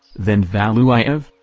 then valuyev,